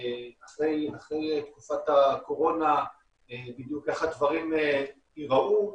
אחרי תקופת הקורונה בדיוק איך הדברים ייראו,